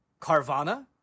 Carvana